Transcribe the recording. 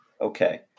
Okay